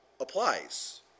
applies